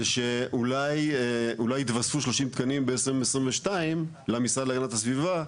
היא שאולי התווספו 30 תקנים ב-2022 למשרד להגנת הסביבה,